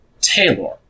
Taylor